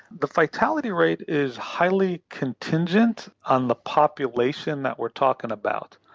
the fatality rate is highly contingent on the population that we are talking about.